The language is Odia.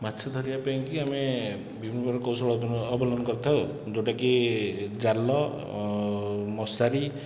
ମାଛଧରିବା ପାଇଁକି ଆମେ ବିଭିନ୍ନ ପ୍ରକାର କୌଶଳ ଅବଲମ୍ବନ କରିଥାଉ ଯେଉଁଟାକି ଜାଲ ମଶାରୀ